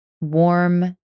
warm